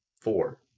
four